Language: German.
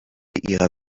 ihrer